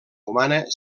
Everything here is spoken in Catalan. humana